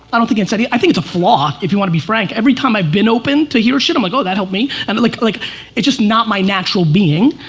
i don't think inside you, i think it's a flaw if you want to be frank. every time i've been open to hear shit, i'm like oh that helped me, and like like it's just not my natural being.